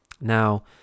Now